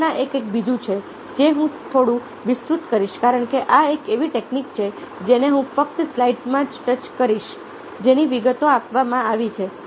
વિચારણા એ કંઈક બીજું છે જે હું થોડું વિસ્તૃત કરીશ કારણ કે આ એક એવી ટેકનિક છે જેને હું ફક્ત સ્લાઈડ્સમાં જ ટચ કરીશ જેની વિગતો આપવામાં આવી છે